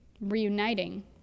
reuniting